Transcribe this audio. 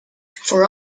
for